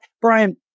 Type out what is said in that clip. Brian